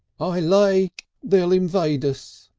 ah i lay they'll invade us,